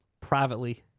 privately